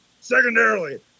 Secondarily